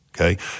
Okay